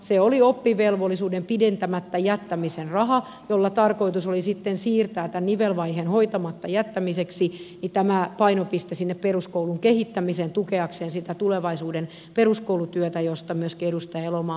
se oli oppivelvollisuuden pidentämättä jättämisen raha jolla tarkoitus oli siirtää tämän nivelvaiheen hoitamatta jättämisestä painopiste sinne peruskoulun kehittämiseen tukeakseen sitä tulevaisuuden peruskoulutyötä josta myöskin edustaja elomaa ansiokkaasti puhui